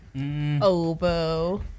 Oboe